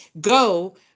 go